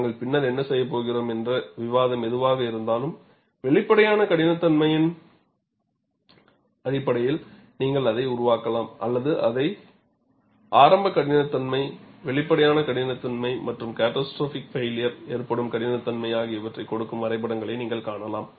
நாங்கள் பின்னர் என்ன செய்யப் போகிறோம் என்ற விவாதம் எதுவாக இருந்தாலும் வெளிப்படையான கடினத்தன்மையின் அடிப்படையில் நீங்கள் அதை உருவாக்கலாம் அல்லது அதை ஆரம்ப கடினத்தன்மை வெளிப்படையான கடினத்தன்மை மற்றும் கேட்டாஸ்ட்ரோபிக் பைளியர் ஏற்படும் கடினத்தன்மை ஆகியவற்றைக் கொடுக்கும் வரைபடங்களையும் நீங்கள் காணலாம்